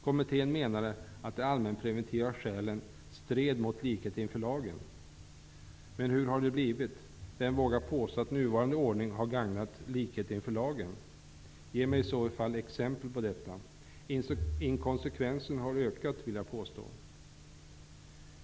Kommittén ansåg att de allmänpreventiva skälen stred mot likhet inför lagen. Men hur har det blivit? Vem vågar påstå att nuvarande ordning har gagnat likhet inför lagen? Ge mig i så fall ett exempel på detta. Jag vill påstå att inkonsekvensen har ökat.